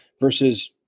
versus